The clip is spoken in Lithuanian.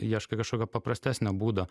ieškai kažkokio paprastesnio būdo